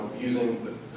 using